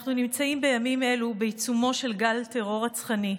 אנחנו נמצאים בימים אלו בעיצומו של גל טרור רצחני.